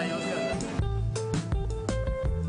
אישור כל טיול המתבצע בכל רחבי הארץ ולאו דווקא בהר הבית יש נוהל,